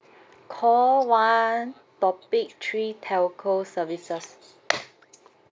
call one topic three telco services